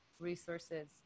resources